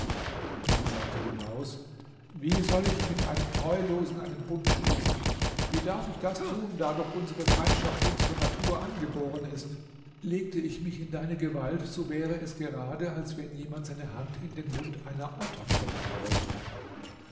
da sagte die maus wie soll ich mit einem treulosen einen bund schließen wie darf ich das tun da doch unsere feindschaft uns von natur angeboren ist legte ich mich in deine gewalt so wäre es gerade als wenn jemand seine hand in den mund einer otter stecken wollte